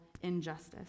injustice